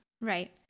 Right